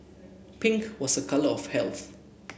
pink was a colour of health